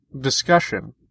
discussion